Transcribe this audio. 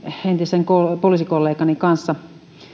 entisen poliisikollegani kanssa